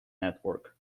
network